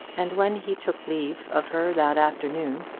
and when he took leave of her that afternoon,